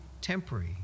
temporary